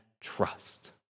trust